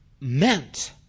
meant